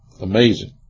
Amazing